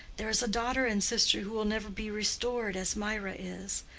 there is a daughter and sister who will never be restored as mirah is.